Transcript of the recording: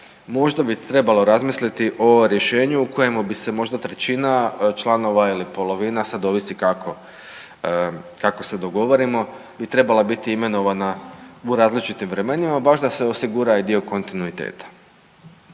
možda bi trebalo razmisliti o rješenju u kojemu bi se možda trećina članova ili polovina, sad ovisi kako, kako se dogovorimo, bi trebala biti imenovana u različitim vremenima baš da se osigura i dio kontinuiteta.